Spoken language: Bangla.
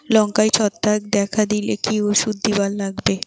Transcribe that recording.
লঙ্কায় ছত্রাক দেখা দিলে কি ওষুধ দিবার লাগবে?